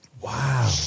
Wow